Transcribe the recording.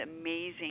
amazing